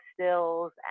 stills